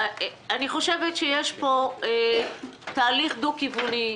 אני חושבת שיש פה תהליך דו-כיווני.